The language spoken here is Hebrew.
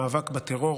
המאבק בטרור